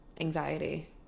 Anxiety